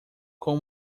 com